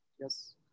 Yes